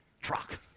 truck